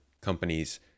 companies